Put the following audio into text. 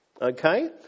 okay